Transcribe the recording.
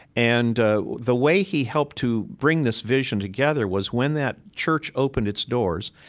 and the way he helped to bring this vision together was when that church opened its doors,